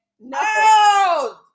No